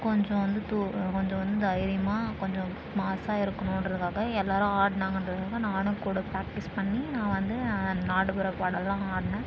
கொஞ்சம் வந்து து கொஞ்சம் வந்து தைரியமாக கொஞ்சம் மாஸ்ஸாக இருக்கணுகிறதுக்காக எல்லாேரும் ஆடினாங்கன்றதுக்காக நானும் கூட ப்ராக்டீஸ் பண்ணி நான் வந்து நாட்டுப்புற பாடலெலாம் ஆடினேன்